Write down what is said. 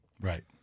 Right